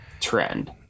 trend